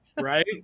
Right